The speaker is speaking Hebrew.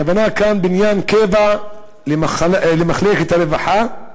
הכוונה כאן לבניין קבע למחלקת הרווחה,